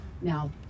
Now